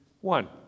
one